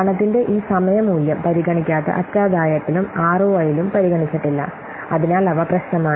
പണത്തിന്റെ ഈ സമയ മൂല്യം പരിഗണിക്കാത്ത അറ്റാദായത്തിലും ആർഓഐലും പരിഗണിച്ചിട്ടില്ല അതിനാൽ അവ പ്രശ്നമാണ്